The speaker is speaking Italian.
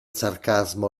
sarcasmo